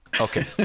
okay